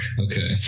Okay